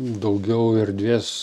daugiau erdvės